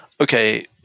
Okay